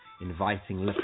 inviting